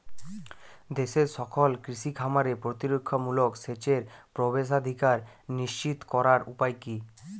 দেশের সকল কৃষি খামারে প্রতিরক্ষামূলক সেচের প্রবেশাধিকার নিশ্চিত করার উপায় কি?